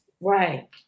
Right